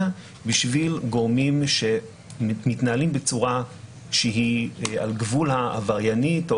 בשביל גורמים שמתנהלים בצורה על גבול העבריינית.